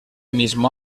mismo